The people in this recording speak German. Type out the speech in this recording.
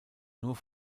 nur